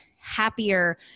happier